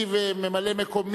פטור ממס לשירותי מים וביוב),